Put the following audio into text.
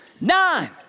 Nine